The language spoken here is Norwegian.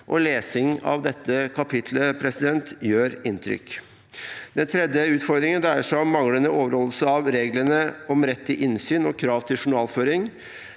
og lesing av dette kapitlet gjør inntrykk. Den tredje utfordringen dreier seg om manglende overholdelse av reglene om rett til innsyn og krav til journalføring.